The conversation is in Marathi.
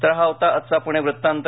तर हा होता आजचा पुणे वृत्तांत